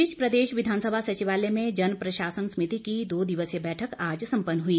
इस बीच प्रदेश विधानसभा सचिवालय में जन प्रशासन समिति की दो दिवसीय बैठक आज सम्पन्न हुई